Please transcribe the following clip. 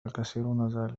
الكثيرون